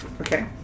okay